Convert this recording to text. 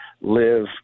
live